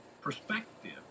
perspective